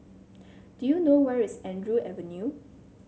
do you know where is Andrew Avenue